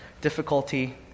difficulty